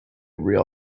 real